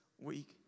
week